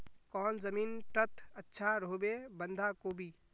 कौन जमीन टत अच्छा रोहबे बंधाकोबी?